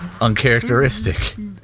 uncharacteristic